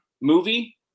movie